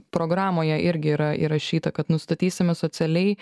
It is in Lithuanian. programoje irgi yra įrašyta kad nustatysime socialiai